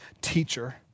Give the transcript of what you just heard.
teacher